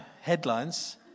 headlines